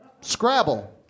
Scrabble